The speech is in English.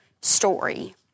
story